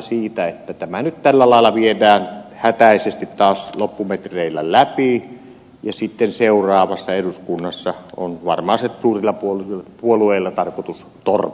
siitä että tämä nyt tällä lailla viedään hätäisesti taas loppumetreillä läpi ja sitten seuraavassa eduskunnassa on varmaan suurilla puolueilla tarkoitus torpata